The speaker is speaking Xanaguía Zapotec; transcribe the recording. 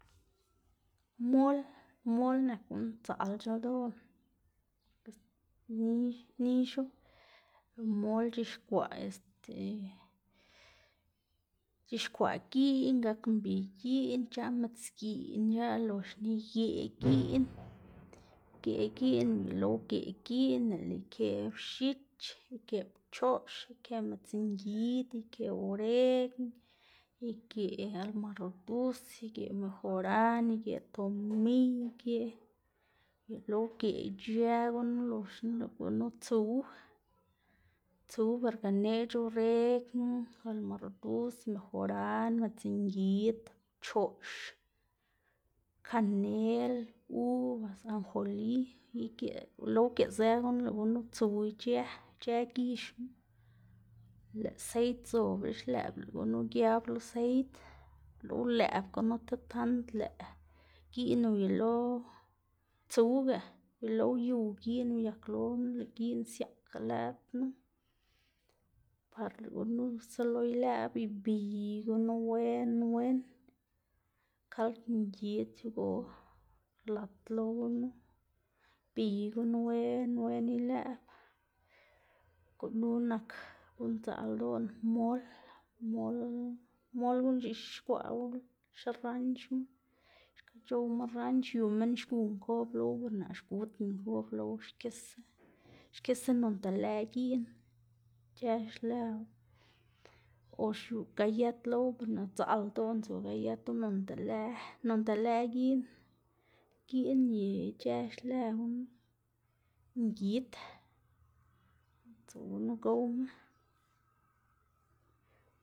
mol, mol nak guꞌn sdzaꞌlc̲h̲a ldoꞌná, nix nixu mol c̲h̲ixkwaꞌ este c̲h̲ixkwaꞌ giꞌn gak mbi giꞌn ic̲h̲aꞌ midzgiꞌn ic̲h̲aꞌ loxna igeꞌ giꞌn, igeꞌ giꞌn uyelo ugeꞌ giꞌn lëꞌlá ikeꞌ x̱ich, igeꞌ pchoꞌx, igeꞌ midzngid, igeꞌ oregn, igeꞌ almaraduz, igeꞌ mejoran, igeꞌ tomiy igeꞌ, uyelo geꞌ ic̲h̲ë gunu loxna lëꞌ gunu tsuw, tsuw ber ganeꞌc̲h̲ oregn, almaraduz, mejoran, midzngid pchoꞌx, kanel, ubas, anjolí igeꞌ, uyelo ugeꞌzë gunu, lëꞌ gunu tsuw ic̲h̲ë, ic̲h̲ë gix knu lëꞌ seid zobla xlëꞌb, lëꞌ gunu giab lo seid, uyelo ulëꞌb gunu tib tand lëꞌ giꞌn uyelo tsuwga uyelo uyuw giꞌn uyaklo lëꞌ siaꞌka lëd knu par lëꞌ gunu selo ilëꞌb, ibiy gunu wen wen, kald ngid o lad lo knu, ibiy gunu wen wen ilëꞌb. Gunu nak guꞌn sdzaꞌl ldoꞌná mol, mol x̱iꞌk x̱ixkwaꞌwu xiranchma, xka c̲h̲owma ranch yu minn xgu nkob lowu ber naꞌ xgudna nkob lowu xkisa, xkisa noꞌnda lëꞌ giꞌn ic̲h̲ë xlëwu, or xiu gayet lowu naꞌ sdzaꞌlda ldoꞌná tsu gayet noꞌnda lëꞌ noꞌnda lëꞌ giꞌn, giꞌn y ic̲h̲ë xlëwu, ngid tsu gunu gowma.